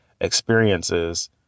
experiences